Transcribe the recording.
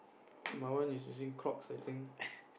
my one is using Crocs I think